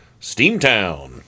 Steamtown